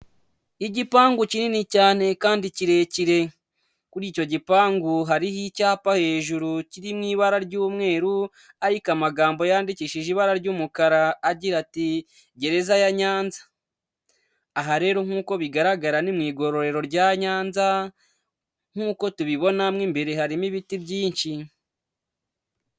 Igipangu kinini cyane kandi kirekire, kuri icyo gipangu hariho icyapa hejuru kiri mu ibara ry'umweru, ariko amagambo yandikishije ibara ry'umukara agira ati gereza ya Nyanza, aha rero nk'uko bigaragara ni mu igororero rya Nyanza, nk'uko tubibona mo imbere harimo ibiti byinshi.